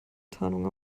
tarnung